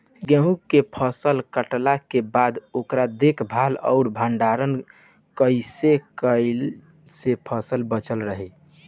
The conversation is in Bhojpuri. गेंहू के फसल कटला के बाद ओकर देखभाल आउर भंडारण कइसे कैला से फसल बाचल रही?